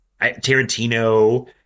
Tarantino